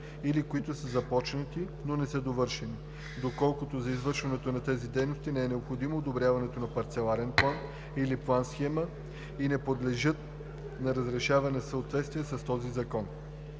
или които са започнати, но не са довършени, доколкото за извършването на тези дейности не е необходимо одобряването на парцеларен план или план-схема и не подлежат на разрешаване в съответствие с този закон.